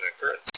occurrence